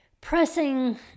pressing